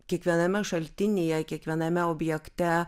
kiekviename šaltinyje kiekviename objekte